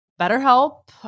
BetterHelp